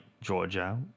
Georgia